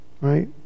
Right